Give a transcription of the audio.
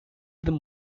them